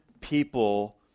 people